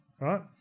right